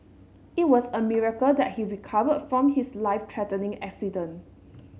it was a miracle that he recovered from his life threatening accident